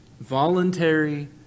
voluntary